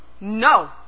No